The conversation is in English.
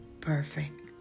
perfect